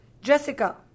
Jessica